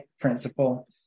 principle